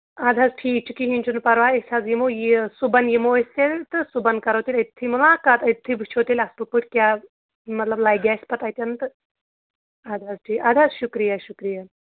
اَدٕ حظ ٹھیٖک چھُ کِہیٖنۍ چھُنہٕ پَرواے أسۍ حظ یِمو یہِ صُبحن یِمو أسہِ تہِ صُبحن کَرو تیٚلہِ أتتھٕے مُلاقات أتتھّٕ وٕچھو تیٚلہِ اَصٕل پٲٹھۍ کیٛاہ مطلب لَگہِ اَسہِ پَتہٕ اَتٮ۪ن تہٕ اَدٕ حظ ٹھیٖک اَدٕ حظ شُکریہ شُکریہ